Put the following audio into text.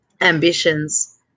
ambitions